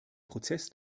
prozess